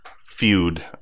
feud